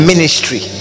Ministry